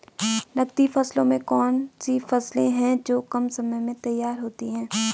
नकदी फसलों में कौन सी फसलें है जो कम समय में तैयार होती हैं?